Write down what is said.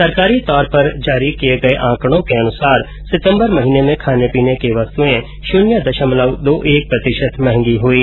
सरकारी तौर पर जारी किये गए आकड़ों के अनुसार सितंबर महीने में खाने पीने की वस्तुएं शून्य दशमलव दो एक प्रतिशत महंगी हुईं